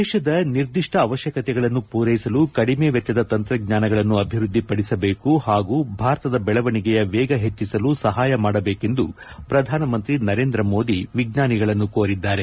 ದೇಶದ ನಿರ್ದಿಷ್ಟ ಅವಶ್ಯಕತೆಗಳನ್ನು ಪೂರೈಸಲು ಕಡಿಮೆ ವೆಚ್ಚದ ತಂತ್ರಜ್ಞಾನಗಳನ್ನು ಅಭಿವೃದ್ಧಿಪಡಿಸಬೇಕು ಹಾಗೂ ಭಾರತದ ಬೆಳವಣಿಗೆಯ ವೇಗ ಹೆಚ್ಚಿಸಲು ಸಹಾಯ ಮಾಡಬೇಕೆಂದು ಪ್ರಧಾನಮಂತ್ರಿ ನರೇಂದ್ರ ಮೋದಿ ವಿಜ್ಞಾನಿಗಳನ್ನು ಕೋರಿದ್ದಾರೆ